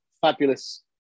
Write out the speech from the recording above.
fabulous